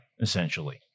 essentially